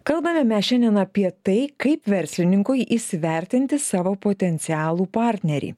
kalbame mes šiandien apie tai kaip verslininkui įsivertinti savo potencialų partnerį